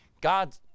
god